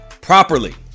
properly